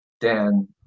Dan